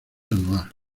anual